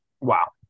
Wow